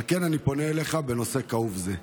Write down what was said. על כן אני פונה אליך בנושא כאוב זה.